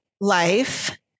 life